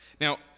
Now